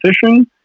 fishing